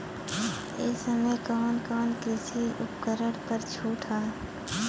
ए समय कवन कवन कृषि उपकरण पर छूट ह?